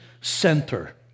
center